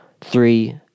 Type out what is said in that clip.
Three